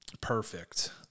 Perfect